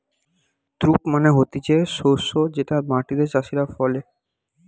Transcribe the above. crop মানে হতিছে শস্য যেটা মাটিতে চাষীরা ফলে